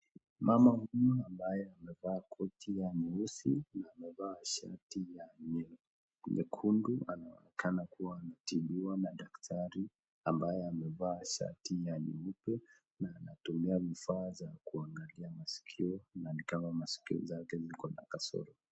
Mama huyu ambaye amevaa koti ya nyeusi na amevaa shati ya nye, nyekundu anaonekana kuwa ametibiwa na daktari, ambaye amevaa shati ya nyeupe, na anatumia vifaa za kuangalia maskio, na ni kama maskio zake ziko na kasoro.